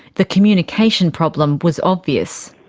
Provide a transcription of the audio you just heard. the communication problem was obvious.